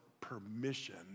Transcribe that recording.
permission